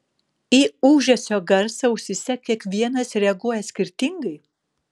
į ūžesio garsą ausyse kiekvienas reaguoja skirtingai